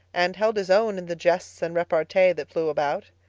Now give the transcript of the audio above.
and held his own in the jests and repartee that flew about.